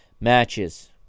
matches